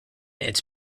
its